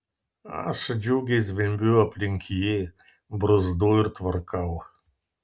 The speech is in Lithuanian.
aš džiugiai zvimbiu aplink jį bruzdu ir tvarkau